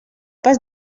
pas